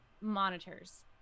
monitors